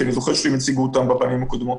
כי אני זוכר שהם הציגו אותם בפעמים הקודמות.